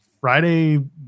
Friday